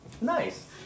Nice